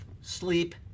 sleep